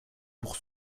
pour